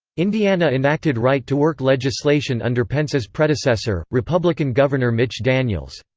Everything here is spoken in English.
indiana enacted right-to-work legislation under pence's predecessor, republican governor mitch daniels.